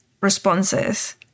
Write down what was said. responses